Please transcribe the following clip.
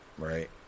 Right